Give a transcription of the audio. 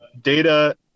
data